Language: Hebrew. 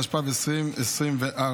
התשפ"ד 2024,